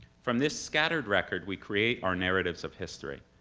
from this scattered record we create our narratives of history.